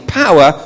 power